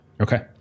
Okay